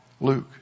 Luke